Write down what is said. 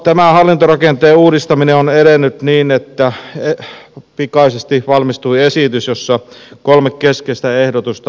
tämä hallintorakenteen uudistaminen on edennyt niin että pikaisesti valmistui esitys jossa on kolme keskeistä ehdotusta